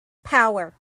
power